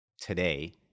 today